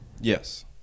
Yes